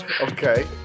Okay